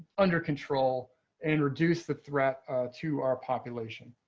under control and reduce the threat to our population,